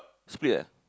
split eh